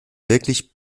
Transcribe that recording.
wirklich